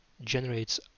generates